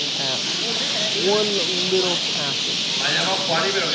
at one little passage here.